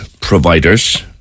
providers